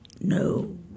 No